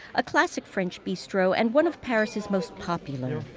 a classic french bistro, and one of paris's most popular.